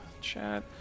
chat